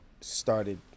started